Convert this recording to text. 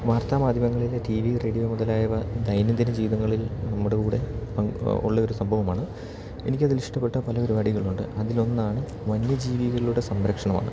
വാർത്താ മാധ്യമങ്ങളിലെ TV radio മുതലായവ ദൈനംദിന ജീവിതങ്ങളിൽ നമ്മുടെ കൂടെ ഉള്ള ഒരു സംഭവമാണ് എനിക്ക് അതിലിഷ്ടപ്പെട്ട പല പരിപാടികളുണ്ട് അതിൽ ഒന്നാണ് വന്യജീവികളുടെ സംരക്ഷണം ആണ്